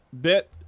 bit